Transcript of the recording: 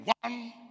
one